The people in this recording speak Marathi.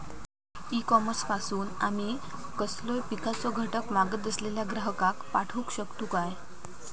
ई कॉमर्स पासून आमी कसलोय पिकाचो घटक मागत असलेल्या ग्राहकाक पाठउक शकतू काय?